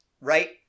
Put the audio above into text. right